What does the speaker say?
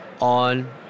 on